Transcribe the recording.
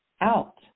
out